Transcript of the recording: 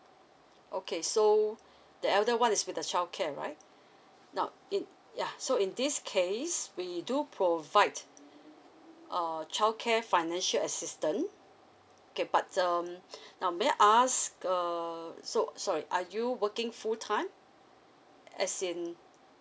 okay so the elder [one] is with a childcare right now it ya so in this case we do provide uh childcare financial assistance K but um now may I ask uh so sorry are you working full time as in